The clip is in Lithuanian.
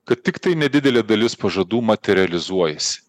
kad tiktai nedidelė dalis pažadų materializuojasi